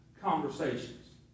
conversations